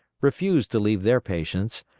refused to leave their patients,